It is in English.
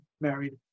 married